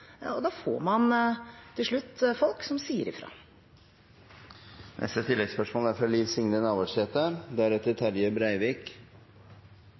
Da får man til slutt folk som sier fra. Liv Signe Navarsete